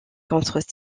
contre